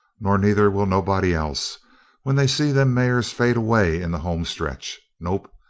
nor neither will nobody else when they see them mares fade away in the home stretch nope,